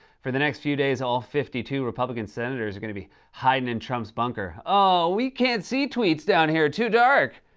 for the next few days, all fifty two republican senators are gonna be hidin' in trump's bunker. oh, we can't see tweets down here. too dark.